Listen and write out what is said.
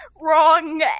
wrong